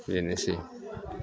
बेनोसै